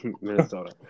Minnesota